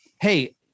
hey